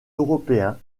européen